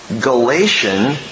Galatian